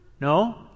No